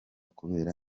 kubera